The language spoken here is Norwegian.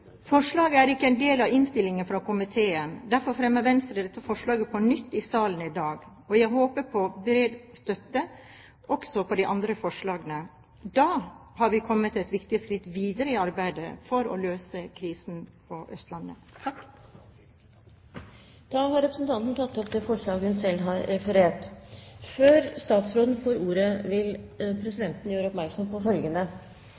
Forslaget er ikke en del av innstillingen fra komiteen. Derfor fremmer Venstre dette forslaget på nytt i salen i dag. Jeg håper på bred støtte – også for de andre forslagene. Da har vi kommet et viktig skritt videre i arbeidet for å løse togkrisen på Østlandet. Representanten Borghild Tenden har tatt opp det forslaget hun refererte til. Før statsråden får ordet, vil presidenten gjøre oppmerksom på følgende: